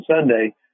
Sunday